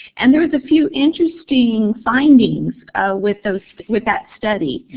and there was a few interesting findings with ah with that study.